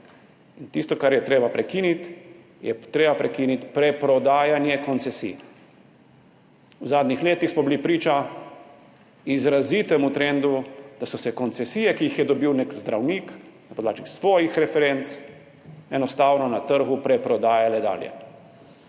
In tisto, s čimer je treba prekiniti, je preprodajanje koncesij. V zadnjih letih smo bili priča izrazitemu trendu, da so se koncesije, ki jih je dobil nek zdravnik na podlagi svojih referenc, enostavno na trgu preprodajale dalje.